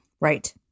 Right